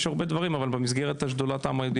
יש הרבה דברים אבל במסגרת שדולת העם היהודי